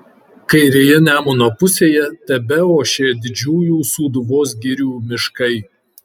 kairėje nemuno pusėje tebeošė didžiųjų sūduvos girių miškai